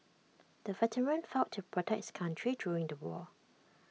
the veteran fought to protect his country during the war